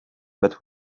but